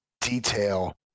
detail